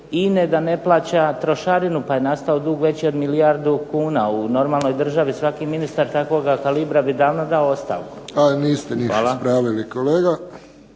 INA-e da ne plaća trošarinu, pa je nastao dug veći od milijardu kuna. U normalnoj državi svaki ministar takvoga kalibra bi davno dao ostavku. Hvala.